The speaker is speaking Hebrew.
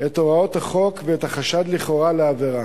את הוראות החוק ואת החשד לכאורה לעבירה.